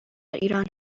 ایران